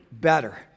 better